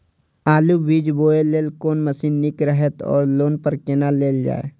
आलु बीज बोय लेल कोन मशीन निक रहैत ओर लोन पर केना लेल जाय?